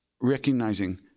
recognizing